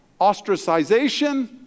ostracization